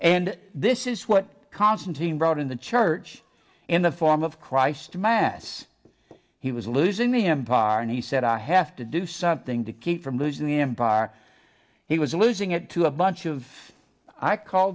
and this is what constantine wrote in the church in the form of christ mass he was losing the empire and he said i have to do something to keep from losing the empire he was losing it to a bunch of i call